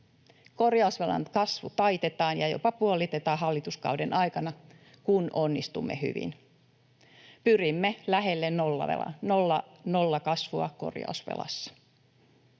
Korjausvelan kasvu taitetaan ja jopa puolitetaan hallituskauden aikana, kun onnistumme hyvin. Pyrimme lähelle nollakasvua korjausvelassa.